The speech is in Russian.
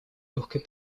легкой